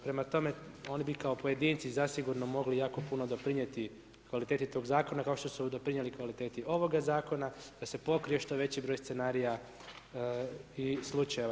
Prema tome, oni bi kao pojedinci, zasigurno mogli jako puno doprinijeti kvaliteti tog zakona, kao što su doprinijeli kvaliteti ovoga zakona, da se pokrije što veći broj scenarija i slučajeva.